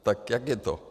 Tak jak je to?